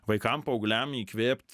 vaikam paaugliam įkvėpt